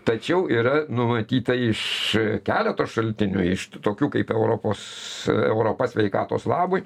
tačiau yra numatyta iš keleto šaltinių iš tokių kaip europos europa sveikatos labui